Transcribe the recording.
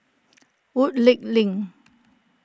Woodleigh Link